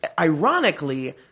ironically